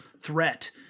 threat